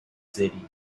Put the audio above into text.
city